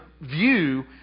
view